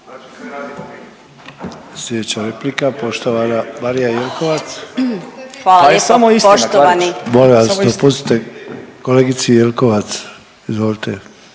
hvala vam